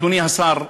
אדוני השר,